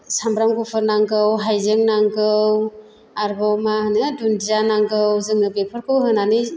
साम्ब्राम गुफुर नांगौ हाइजें नांगौ आरोबाव मा होनो दुन्दिया नांगौ जोङो बेफोरखौ होनानै